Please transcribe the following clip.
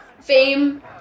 fame